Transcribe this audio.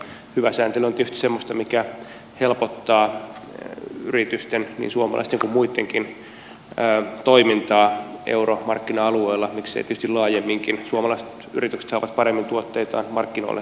hyvä sääntely on tietysti semmoista mikä helpottaa yritysten niin suomalaisten kuin muittenkin toimintaa euromarkkina alueella miksei tietysti laajemminkin suomalaiset yritykset saavat paremmin tuotteitaan markkinoille eu alueella